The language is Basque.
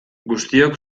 guztiok